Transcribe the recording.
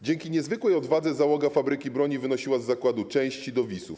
Dzięki niezwykłej odwadze załoga fabryki broni wynosiła z zakładu części do visów.